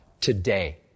today